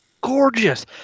gorgeous